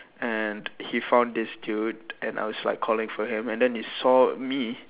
and he found this dude and I was like calling for him and then he saw me